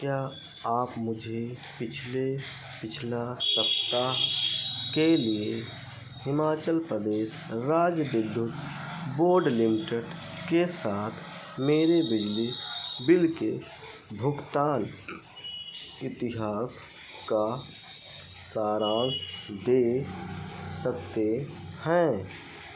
क्या आप मुझे पिछले पिछला सप्ताह के लिए हिमाचल प्रदेश राज्य विद्युत बोर्ड लिमिटेड के साथ मेरे बिजली बिल के भुगतान इतिहास का सारान्श दे सकते हैं